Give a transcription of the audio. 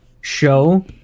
show